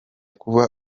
kuba